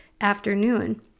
afternoon